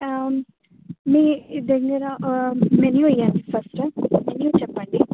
మీ దగ్గర మెన్యూ ఇవ్వాలి first menu చెప్పండి